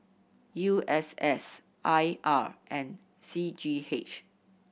U S S I R and C G H